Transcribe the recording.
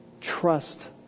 Trust